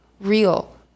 real